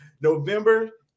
November